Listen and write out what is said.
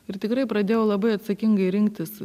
ir tikrai pradėjau labai atsakingai rinktis